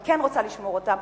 אני כן רוצה לשמור אותם,